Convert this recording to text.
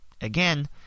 Again